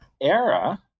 era